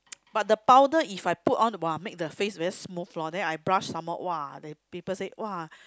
but the powder If I put on !wah! make the face very smooth lor then I brush some more !wah! they people say !wah!